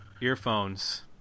earphones